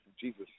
Jesus